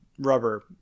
rubber